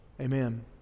Amen